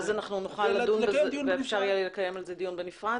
ואז אנחנו נוכל לדון בזה ואפשר יהיה לקיים על זה דיון בנפרד?